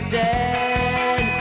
dead